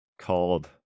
called